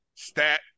Stat